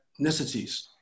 ethnicities